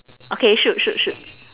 okay shoot shoot shoot